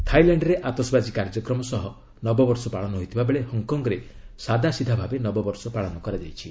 ଥାଇଲ୍ୟାଣ୍ଡ୍ରେ ଆତସବାଜି କାର୍ଯ୍ୟକ୍ରମ ସହ ନବବର୍ଷ ପାଳନ ହୋଇଥିବାବେଳେ ହଙ୍ଗ୍କଙ୍ଗ୍ରେ ସାଦାସିଧା ଭାବେ ନବବର୍ଷ ପାଳନ କରାଯାଇଛି